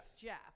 Jeff